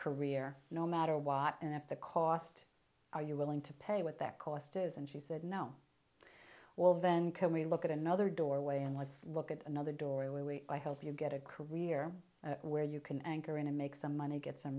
career no matter what and if the cost are you willing to pay what that cost is and she said no well then can we look at another doorway and let's look at another door and we i hope you get a career where you can anchor in and make some money get some